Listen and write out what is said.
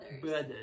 Brothers